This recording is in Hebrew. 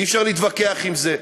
אי-אפשר להתווכח על זה.